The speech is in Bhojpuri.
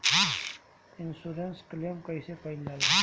इन्शुरन्स क्लेम कइसे कइल जा ले?